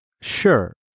Sure